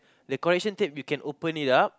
the correction you can open it up